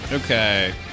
Okay